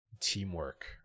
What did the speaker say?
teamwork